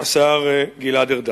השר גלעד ארדן.